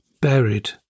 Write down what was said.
buried